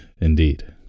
Indeed